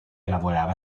lavorava